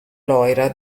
loira